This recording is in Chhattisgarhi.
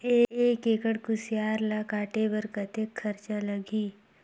एक एकड़ कुसियार ल काटे बर कतेक खरचा लगही?